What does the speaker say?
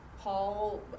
paul